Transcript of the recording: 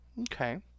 Okay